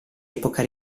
epoca